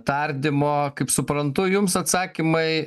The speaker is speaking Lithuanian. tardymo kaip suprantu jums atsakymai